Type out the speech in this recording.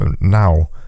now